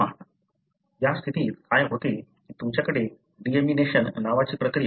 या स्थितीत काय होते की तुमच्याकडे डीएमीनेशन नावाची प्रक्रिया असू शकते